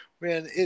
Man